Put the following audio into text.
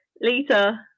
Lita